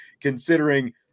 considering